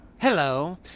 Hello